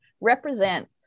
Represent